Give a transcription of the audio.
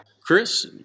Chris